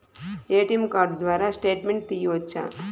ATM card ద్వారా statement తీయవచ్చా?